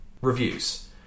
reviews